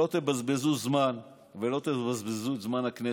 שלא תבזבזו זמן, ולא תבזבזו את זמן הכנסת,